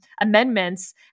amendments